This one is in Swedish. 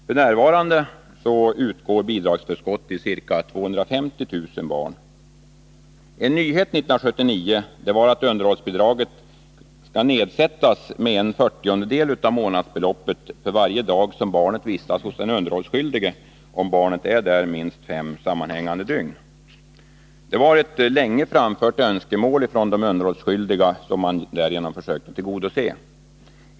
F. n. utbetalas bidragsförskott till ca 250 000 barn. En nyhet 1979 var att underhållsbidraget skall nedsättas med en fyrtiondedel av månadsbeloppet för varje dag som barnet vistas hos den underhållsskyldige, om barnet är där minst fem sammanhängande dygn. Det var ett länge framfört önskemål från de underhållsskyldiga som man därigenom försökte tillgodose.